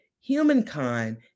humankind